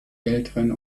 älteren